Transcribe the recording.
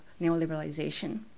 neoliberalization